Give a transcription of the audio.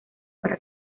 para